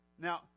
Now